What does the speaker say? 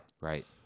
Right